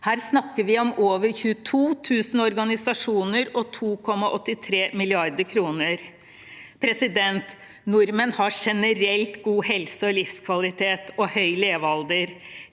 Her snakker vi om over 22 000 organisasjoner og 2,83 mrd. kr. Nordmenn har generelt god helse og livskvalitet og høy levealder.